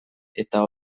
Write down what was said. eta